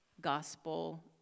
gospel